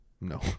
No